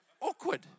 awkward